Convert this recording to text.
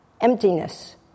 emptiness